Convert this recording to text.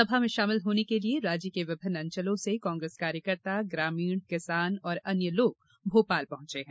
सभा में शामिल होने के लिए राज्य के विभिन्न अंचलों से कांग्रेस कार्यकर्ता ग्रामीण किसान और अन्य लोग भोपाल पहुंचे हैं